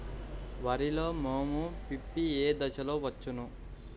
వరిలో మోము పిప్పి ఏ దశలో వచ్చును?